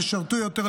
שרתו יותר,